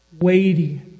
weighty